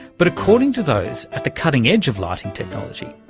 but according to those at the cutting edge of lighting technology,